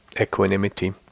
equanimity